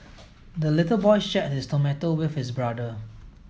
the little boy shared his tomato with his brother